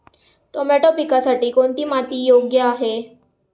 Tomato पिकासाठी कोणती माती योग्य आहे?